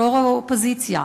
יו"ר האופוזיציה.